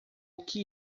que